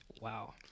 Wow